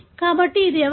కాబట్టి ఇది ఎవరు